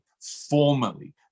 formally